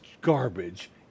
garbage